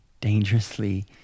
dangerously